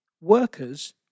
Workers